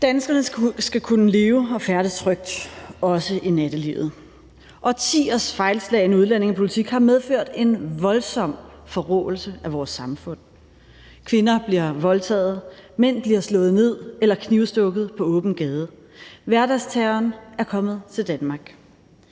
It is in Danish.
Danskerne skal kunne leve og færdes trygt, også i nattelivet. Årtiers fejlslagne udlændingepolitik har medført en voldsom forråelse af vores samfund. Kvinder bliver voldtaget, mænd bliver slået ned eller knivstukket på åben gade. Hverdagsterroren er kommet til Danmark.